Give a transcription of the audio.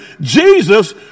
Jesus